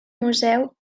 museu